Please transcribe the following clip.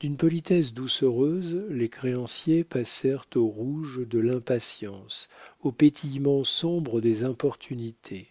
d'une politesse doucereuse les créanciers passèrent au rouge de l'impatience aux pétillements sombres des importunités